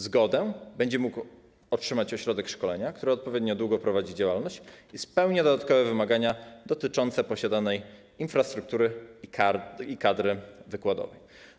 Zgodę będzie mógł otrzymać ośrodek szkolenia, który odpowiednio długo prowadzi działalność i spełnia dodatkowe wymagania dotyczące posiadanej infrastruktury i kadry wykładowej.